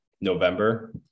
November